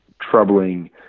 troubling